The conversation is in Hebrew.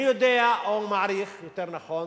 אני יודע, או מעריך יותר נכון,